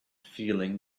feeling